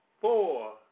four